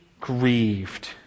Grieved